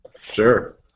Sure